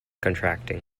contracting